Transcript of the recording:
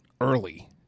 early